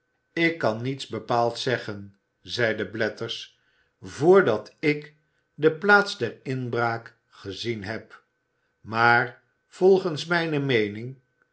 ik kan niets bepaa ds zeggen zeide blathers vrdat ik de plaats der inbraak gezien heb maar volgens mijne meening